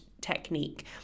technique